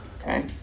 Okay